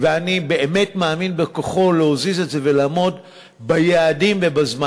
ואני באמת מאמין בכוחו להזיז את זה ולעמוד ביעדים ובזמן.